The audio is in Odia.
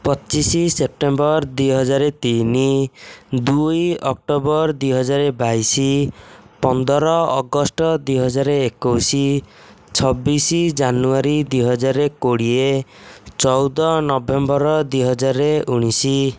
ପଚିଶ ସେପ୍ଟେମ୍ବର ଦୁଇହଜାର ତିନି ଦୁଇ ଅକ୍ଟୋବର ଦୁଇହଜାର ବାଇଶ ପନ୍ଦର ଅଗଷ୍ଟ ଦୁଇହଜାର ଏକୋଇଶ ଛବିଶି ଜାନୁଆରୀ ଦୁଇହଜାର କୋଡ଼ିଏ ଚଉଦ ନଭେମ୍ବର ଦୁଇହଜାର ଉଣାଇଶ